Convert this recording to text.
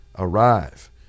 Arrive